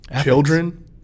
Children